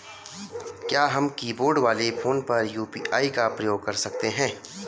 क्या हम कीबोर्ड वाले फोन पर यु.पी.आई का प्रयोग कर सकते हैं?